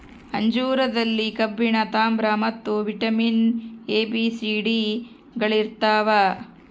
ಅಂಜೂರದಲ್ಲಿ ಕಬ್ಬಿಣ ತಾಮ್ರ ಮತ್ತು vitamin A B C D ಗಳಿರ್ತಾವ